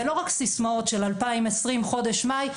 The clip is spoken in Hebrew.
ולא רק סיסמאות של 2020 חודש מאי,